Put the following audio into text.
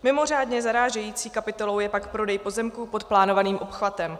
Mimořádně zarážející kapitolou je pak prodej pozemků pod plánovaným obchvatem.